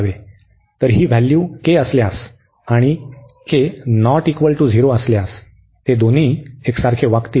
तर ही value k असल्यास आणि असल्यास ते दोघे एकसारखेच वागतील